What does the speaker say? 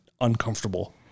uncomfortable